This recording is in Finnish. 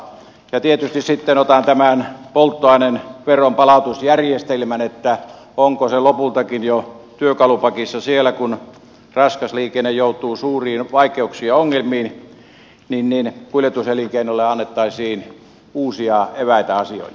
ja tietysti sitten otan esille tämän polttoaineen veronpalautusjärjestelmän että onko se lopultakin jo työkalupakissa siellä kun raskas liikenne joutuu suuriin vaikeuksiin ja ongelmiin niin kuljetuselinkeinolle annettaisiin uusia eväitä asioille